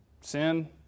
Sin